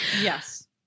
Yes